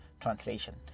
translation